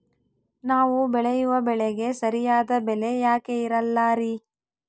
ನಾವು ಬೆಳೆಯುವ ಬೆಳೆಗೆ ಸರಿಯಾದ ಬೆಲೆ ಯಾಕೆ ಇರಲ್ಲಾರಿ?